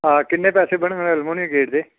आं किन्ने पैसे बनगे एल्मुनियम गेट दे